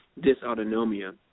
dysautonomia